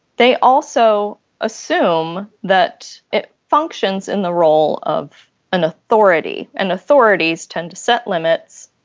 they also assume that it functions in the role of an authority and authorities tend to set limits,